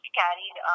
carried